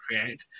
create